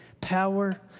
power